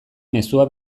mezua